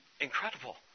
incredible